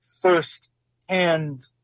first-hand